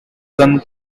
son